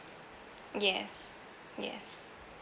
yes yes